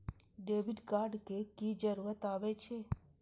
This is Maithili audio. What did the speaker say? डेबिट कार्ड के की जरूर आवे छै?